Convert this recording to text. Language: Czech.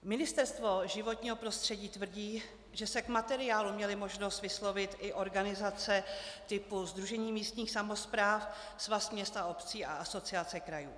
Ministerstvo životního prostředí tvrdí, že se k materiálu měly možnost vyslovit i organizace typu Sdružení místních samospráv, Svaz měst a obcí a Asociace krajů.